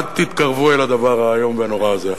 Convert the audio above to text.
אל תתקרבו אל הדבר האיום ונורא הזה.